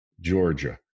Georgia